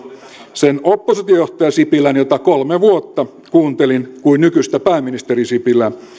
sen oppositiojohtaja sipilän jota kolme vuotta kuuntelin kuin nykyisen pääministeri sipilän